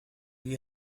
you